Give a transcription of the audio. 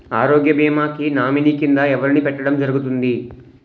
ఆరోగ్య భీమా కి నామినీ కిందా ఎవరిని పెట్టడం జరుగతుంది?